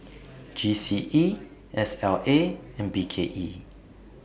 G C E S L A and B K E